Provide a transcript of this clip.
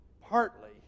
partly